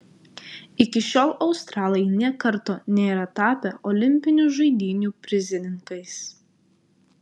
iki šiol australai nė karto nėra tapę olimpinių žaidynių prizininkais